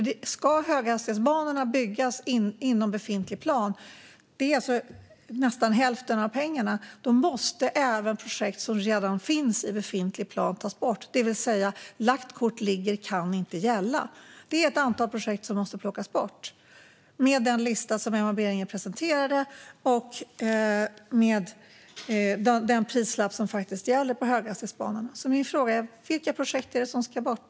Ska höghastighetsbanorna byggas inom befintlig plan är det nästan hälften av pengarna. Då måste även projekt som redan finns i befintlig plan tas bort, det vill säga att lagt kort ligger inte kan gälla. Det är ett antal projekt som måste plockas bort med den lista som Emma Berginger presenterade och med den prislapp som gäller för höghastighetsbanorna. Min fråga är: Vilka projekt är det som ska bort?